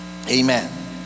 Amen